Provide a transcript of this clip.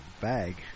bag